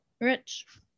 rich